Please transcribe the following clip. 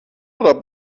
oder